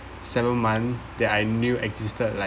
seven month that I knew existed like